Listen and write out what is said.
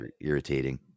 irritating